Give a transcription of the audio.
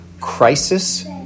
crisis